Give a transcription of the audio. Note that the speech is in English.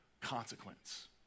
consequence